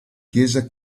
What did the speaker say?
chiesa